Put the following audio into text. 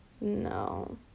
No